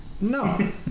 No